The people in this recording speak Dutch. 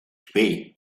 twee